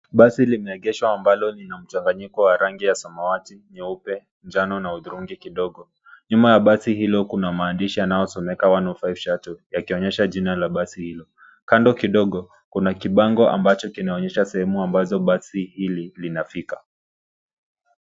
Basi limeegeshwa ambalo lina mchanganyiko wa rangi ya samwati, nyeupe, njano na hudhurungi kidogo. Nyuma ya basi hilo kuna maandishi yanayosomeka 105 shuttle yakionyesha jina ya basi hilo. Kando kidogo kuna kibango ambacho kinaonyesha sehemu ambazo basi hili linafika.